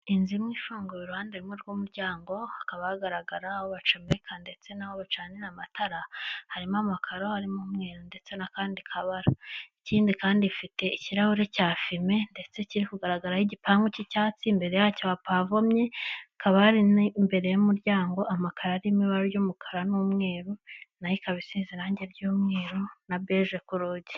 inzu imwe ifunguye uruhande rumwe rw'umuryango, hakaba hagaragara aho bacameka ndetse n'aho bacanira amatara, harimo amakaro harimo umweru ndetse n'akandi kabara, ikindi kandi ifite ikirahure cya fime ndetse kiri kugaragaraho igipangu cy'icyatsi imbere yacyo hapavomye, hakaba hari imbere y'umuryango amakaro ari mu ibara ry'umukara n'umweru n'ayo ikaba isize irangi ry'umweru na beji ku rugi.